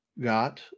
got